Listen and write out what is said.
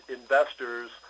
investors